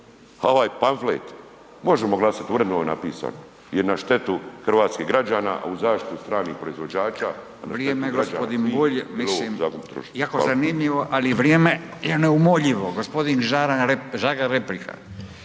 ovaj pamflet možemo glasat uredno je ovo napisano je na štetu hrvatskih građana, a u zaštitu stranih proizvođača … /Govornici govore u isto vrijeme./ … **Radin, Furio (Nezavisni)** Jako zanimljivo, ali vrijeme je neumoljivo. Gospodin Žagar, replika.